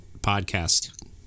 podcast